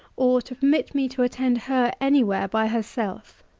or to permit me to attend her any where by herself.